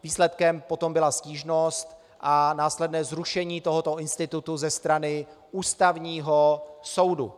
Výsledkem potom byla stížnost a následné zrušení tohoto institutu ze strany Ústavního soudu.